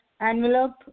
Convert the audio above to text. envelope